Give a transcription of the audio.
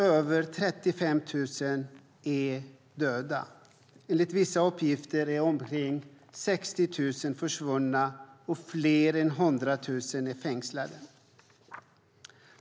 Över 35 000 är döda. Enligt vissa uppgifter är omkring 60 000 försvunna, och fler än 100 000 är fängslade.